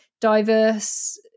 diverse